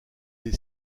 des